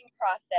process